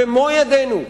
במו ידינו,